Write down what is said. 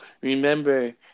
remember